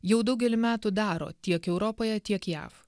jau daugelį metų daro tiek europoje tiek jav